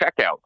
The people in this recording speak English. checkout